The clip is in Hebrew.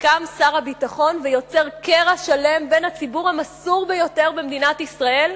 קם שר הביטחון ויוצר קרע שלם עם הציבור המסור ביותר במדינת ישראל,